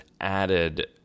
added